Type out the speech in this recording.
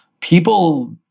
people